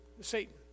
Satan